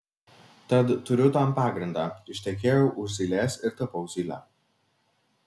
tad turiu tam pagrindą ištekėjau už zylės ir tapau zyle